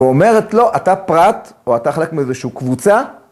‫ואומרת לו, אתה פרט ‫או אתה חלק מאיזשהו קבוצה?